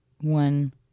one